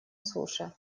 суше